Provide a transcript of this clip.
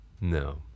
No